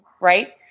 right